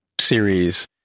series